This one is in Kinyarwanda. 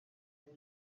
ubu